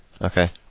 Okay